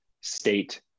State